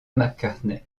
mccartney